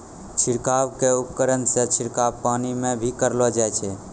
छिड़काव क उपकरण सें छिड़काव पानी म भी करलो जाय छै